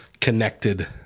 connected